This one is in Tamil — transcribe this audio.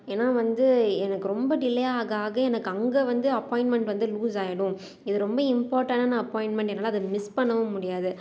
ஏன்னா வந்து எனக்கு ரொம்ப டிலே ஆக ஆக எனக்கு அங்கே வந்து அப்பாயின்மென்ட் வந்து லூசாயிடும் இது ரொம்ப இம்பார்ட்டனான அப்பாயின்மென்ட் என்னால் அதை மிஸ் பண்ணவும் முடியாது